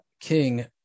King